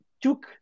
took